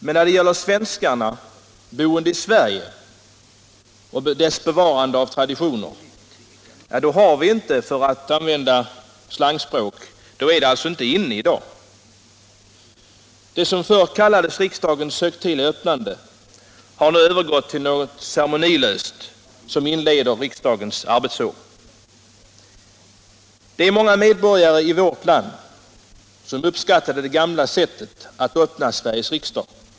Men när det gäller svenskar boende i Sverige är bevarande av traditioner —- för att tala slangspråk — inte ”inne”. Det som förr kallades riksdagens högtidliga öppnande har nu övergått till något ceremonilöst som inleder riksdagens arbetsår. Det är många medborgare i vårt land som uppskattade det gamla sättet att öppna Sveriges riksdag.